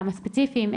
כמה ספציפיים,